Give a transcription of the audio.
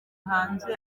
hanze